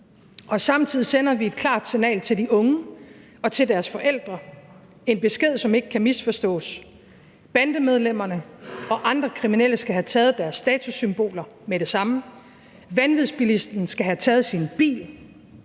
og samtidig sender vi et klart signal til de unge og til deres forældre – en besked, som ikke kan misforstås. Bandemedlemmerne og andre kriminelle skal have taget deres statussymboler med det samme, vanvidsbilisten skal have taget sin bil.